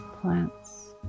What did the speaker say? plants